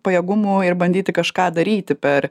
pajėgumų ir bandyti kažką daryti per